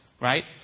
right